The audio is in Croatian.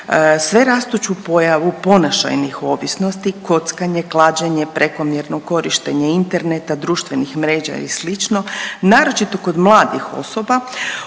sve rastuću pojavu ponašajnih ovisnosti kockanje, klađenje, prekomjerno korištenje interneta, društvenih mreža i slično naročito kod mladih osoba,